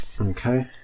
Okay